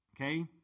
Okay